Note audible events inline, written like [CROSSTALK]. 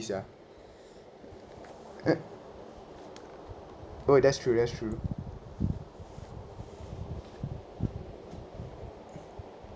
s~ ya [NOISE] oh that's true that's true